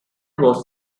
was